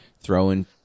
throwing